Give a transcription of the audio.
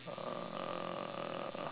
uh